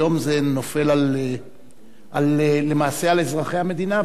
היום זה נופל למעשה על אזרחי המדינה,